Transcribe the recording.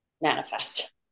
manifest